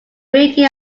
ringing